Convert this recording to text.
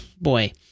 boy